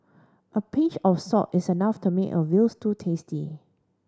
a pinch of salt is enough to make a veal stew tasty